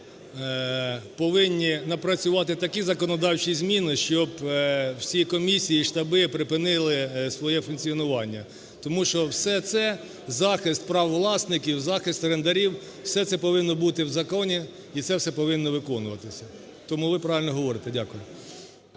повинні напрацювати такі законодавчі зміни, щоб всі комісії і штаби припинили своє функціонування. Тому що все це – захист прав власників, захист орендарів – все це повинно бути в законі і це все повинно виконуватися. Тому ви правильно говорите. Дякую.